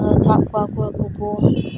ᱥᱟᱵ ᱠᱚᱣᱟ ᱠᱚ ᱦᱟᱹᱠᱩ ᱠᱚ